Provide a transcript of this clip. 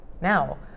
now